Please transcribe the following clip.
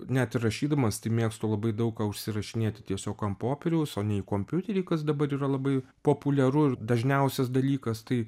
net ir rašydamas tai mėgstu labai daug ką užsirašinėti tiesiog ant popieriaus o ne į kompiuterį kas dabar yra labai populiaru ir dažniausias dalykas tai